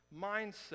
mindset